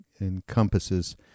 encompasses